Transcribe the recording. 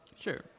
Sure